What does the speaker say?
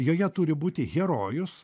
joje turi būti herojus